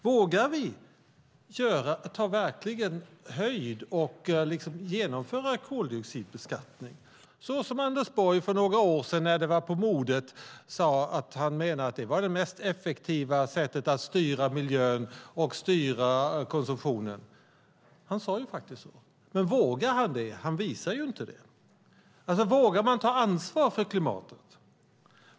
Vågar vi ta höjd och genomföra koldioxidbeskattningen, såsom Anders Borg för några år sedan när det var på modet menade att det var det mest effektiva sättet att styra miljön och konsumtionen? Han sade faktiskt så. Men vågar han det? Han visar ju inte det. Vågar vi ta ansvar för klimatet?